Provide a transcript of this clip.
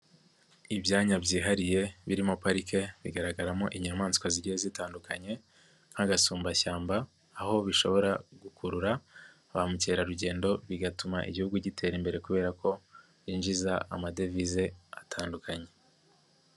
Ibyanya byihariye birimo parike bigaragaramo inyamaswa zigiye zitandukanye nk'agasumbashyamba aho bishobora gukurura ba mukerarugendo bigatuma Igihugu gitera imbere kubera ko yinjiza amadevize atandukanye.